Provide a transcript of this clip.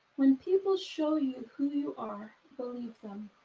when people show you who you are believe them.